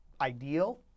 ideal